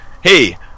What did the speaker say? Hey